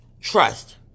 trust